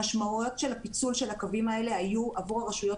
המשמעויות של הפיצול של הקווים האלה היו עבור הרשויות